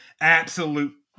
Absolute